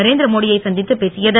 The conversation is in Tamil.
நரேந்திரமோடி யைச் சந்தித்து பேசியது